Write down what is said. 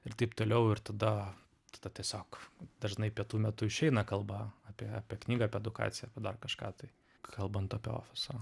ir taip toliau ir tada tada tiesiog dažnai pietų metu išeina kalba apie apie knygą apie edukaciją apie dar kažką tai kalbant apie ofiso